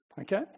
Okay